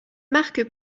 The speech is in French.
marque